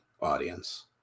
audience